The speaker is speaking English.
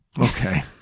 Okay